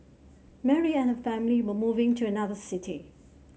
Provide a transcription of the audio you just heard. Mary and her family were moving to another city